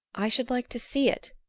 i should like to see it,